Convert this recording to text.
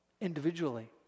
individually